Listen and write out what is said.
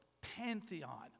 pantheon